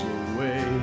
away